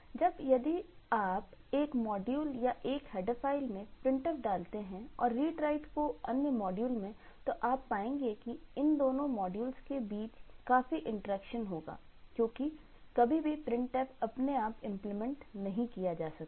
अब यदि आप एक मॉड्यूल या एक हेडर फाइल में printf डालते हैं और read write को अन्य मॉड्यूल में तो आप पाएंगे कि इन दोनों मॉड्यूल के बीच के बीच काफी इंटरेक्शन होगा क्योंकि कभी भी printf अपने आप इंप्लीमेंट नहीं किया जा सकता